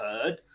heard